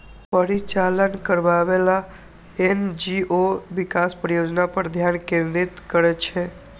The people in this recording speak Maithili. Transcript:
परिचालन करैबला एन.जी.ओ विकास परियोजना पर ध्यान केंद्रित करै छै